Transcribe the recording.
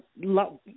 love –